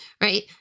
right